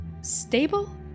stable